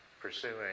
pursuing